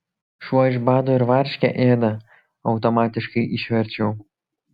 šuo iš bado ir varškę ėda automatiškai išverčiau